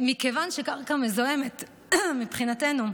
מכיוון שקרקע מזוהמת מבחינתנו,